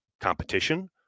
competition